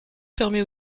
permet